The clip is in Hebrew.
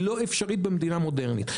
היא לא אפשרית במדינה מודרנית.